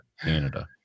Canada